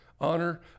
honor